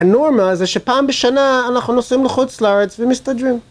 הנורמה זה שפעם בשנה אנחנו נוסעים לחוץ לארץ ומסתדרים.